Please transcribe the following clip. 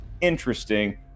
interesting